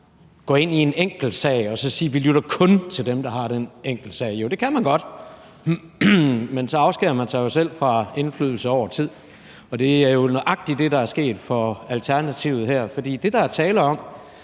gå ind i en enkeltsag og sige, at vi kun lytter til dem, der har den enkeltsag. Jo, det kan man godt, men så afskærer man jo sig selv fra indflydelse over tid, og det er nøjagtig det, der er sket for Alternativet her. Det, der er tale om,